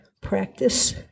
practice